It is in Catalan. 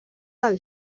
del